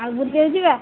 ଆଉ ବୁଲିବାକୁ ଯିବା